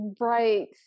Right